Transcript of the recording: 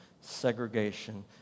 segregation